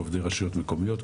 עובדי רשויות מקומיות,